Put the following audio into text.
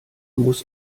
muss